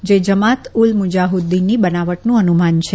જે જમાત ઉલ મુજાહીદ્દીનની બનાવટનું અનુમાન છે